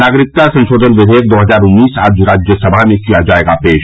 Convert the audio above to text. नागरिकता संशोधन विधेयक दो हजार उन्नीस आज राज्यसभा में किया जायेगा पेश